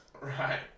Right